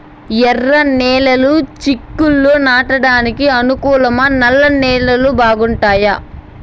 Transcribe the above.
ఎర్రనేలలు చిక్కుళ్లు నాటడానికి అనుకూలమా నల్ల నేలలు బాగుంటాయా